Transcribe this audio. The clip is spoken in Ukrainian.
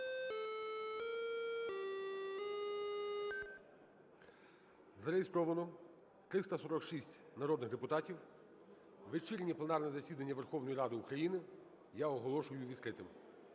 Зареєстровано 351 народний депутат. Ранкове пленарне засідання Верховної Ради України оголошую відкритим.